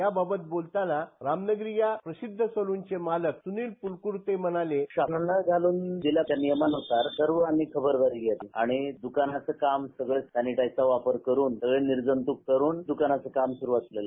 याबाबत बोलताना रामनगरी या प्रसिध्द सलूनचे मालक सूनील तुरपुरते म्हणाले शासनाने घालून दिलेल्या नियमान्सार सर्व आम्ही खबरदारी घेत आहोत आणि दकानाचं काम सगळं सॅनिटाईजचा वापर करून निर्जंत्रक करून दकानाचं काम सुरू असेल